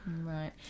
right